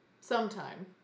sometime